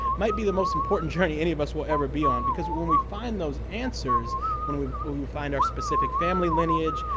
might be the most important journey any of us will ever be on because when we find those answers when we but we find our specific family lineage,